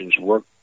work